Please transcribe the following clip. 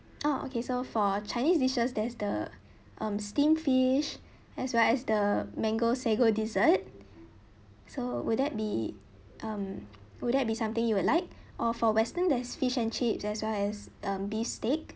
oh okay so for chinese dishes there's the um steamed fish as well as the mango sago dessert so would that be um would that be something you would like or for western there's fish and chips as well as um beef steak